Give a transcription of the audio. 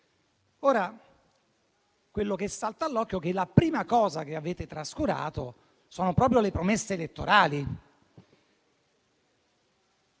Quello che salta all'occhio è che la prima cosa che avete trascurato sono proprio le promesse elettorali.